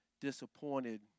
disappointed